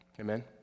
Amen